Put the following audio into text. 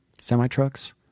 semi-trucks